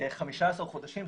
15 חודשים,